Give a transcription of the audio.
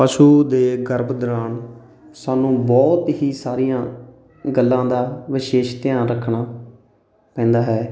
ਪਸ਼ੂ ਦੇ ਗਰਭ ਦੌਰਾਨ ਸਾਨੂੰ ਬਹੁਤ ਹੀ ਸਾਰੀਆਂ ਗੱਲਾਂ ਦਾ ਵਿਸ਼ੇਸ਼ ਧਿਆਨ ਰੱਖਣਾ ਪੈਂਦਾ ਹੈ